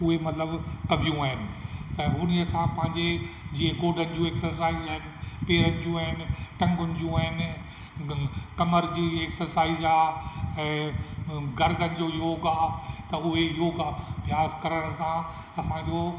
उहे मतिलबु कबियूं आहिनि त उन्हीअ सां पंहिंजे जीअं गोॾनि जूं एक्सोसाईज़ आहिनि पेरनि जूं आहिनि टंगुनि जूं आहिनि कमर जी एक्सोसाइज़ आहे ऐं गर्दन जो योगु आहे त उहे योगु अभ्यास करण सां असां जो